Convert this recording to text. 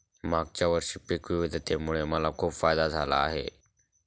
मागच्या वर्षी पिक विविधतेमुळे मला खूप फायदा झाला आहे